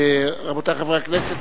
רבותי חברי הכנסת,